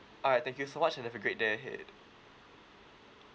alright thank you so much have a great day ahead